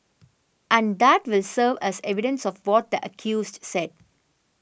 and that will serve as evidence of what the accused said